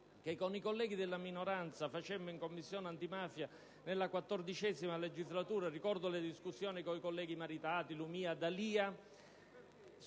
che con i colleghi della minoranza facemmo nella Commissione antimafia nella XIV legislatura (ricordo le discussioni con i colleghi Maritati, Lumia, D'Alia)